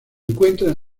encuentra